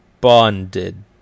bonded